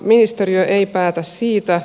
ministeriö ei päätä siitä